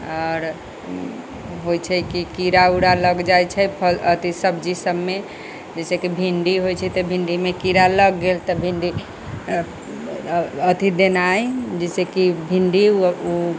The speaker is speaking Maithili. आओर होइ छै की कीड़ा उड़ा लग जाइ छै फल अथी सब्जी सब मे जैसेकि भिंडी होइ छै तऽ भिन्डी मे कीड़ा लग गेल तऽ भिंडी अथी देनाइ जैसेकि भिंडी ओ